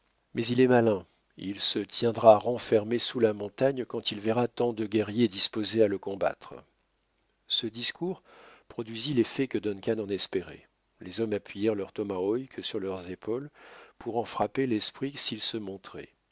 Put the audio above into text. mais il est malin il se tiendra renfermé sous la montagne quand il verra tant de guerriers disposés à le combattre ce discours produisit l'effet que duncan en espérait les hommes appuyèrent leurs tomahawks sur leurs épaules pour en frapper l'esprit s'il se montrait